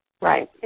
Right